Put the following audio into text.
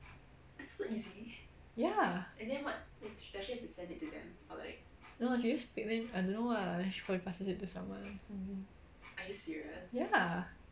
ya no she just pick then I don't know ah she probably passes it to someone ya